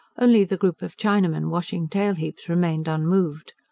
only the group of chinamen washing tail-heaps remained unmoved.